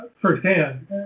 firsthand